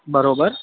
બરાબર